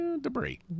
debris